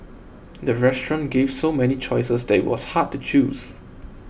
the restaurant gave so many choices that was hard to choose